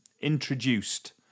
introduced